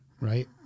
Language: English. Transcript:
Right